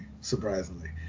surprisingly